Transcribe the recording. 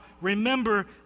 remember